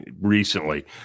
recently